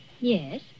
Yes